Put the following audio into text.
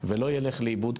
ולא ילך לאיבוד,